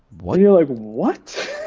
what? you're like, what,